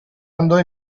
andò